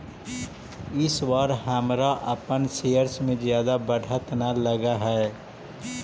इस बार हमरा अपन शेयर्स में जादा बढ़त न लगअ हई